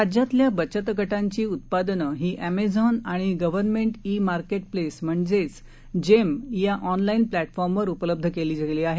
राज्यातल्या बचतगटांची उत्पादनं ही एमेझॉन आणि government e market place GeM या ऑनलाईन प्लॅटफॉर्मवर उपलब्ध केली आली आहेत